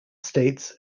states